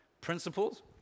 principles